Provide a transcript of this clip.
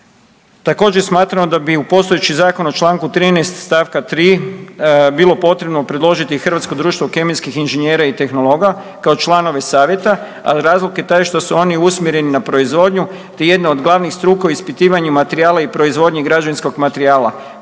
Također smatramo da bi u postojeći zakon u Članku 13. stavka 3. bilo potrebno predložiti Hrvatsko društvo kemijskih inženjera i tehnologa kao članova savjeta, a razlog je taj što su oni usmjereni na proizvodnju te jedna od glavnih struka u ispitivanju materijala i proizvodnji građevinskog materijala